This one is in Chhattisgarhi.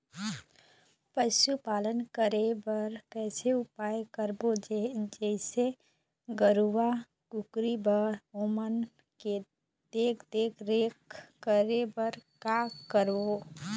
पशुपालन करें बर कैसे उपाय करबो, जैसे गरवा, कुकरी बर ओमन के देख देख रेख करें बर का करबो?